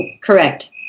Correct